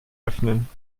öffnen